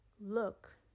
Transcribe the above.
look